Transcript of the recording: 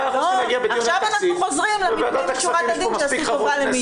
עכשיו אנחנו חוזרים ל'לפנים משורת הדין' שיעשו טובה למישהו.